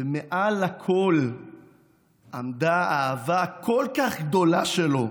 ומעל הכול עמדה האהבה הכל-כך גדולה שלו